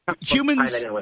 humans